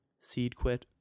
Seedquit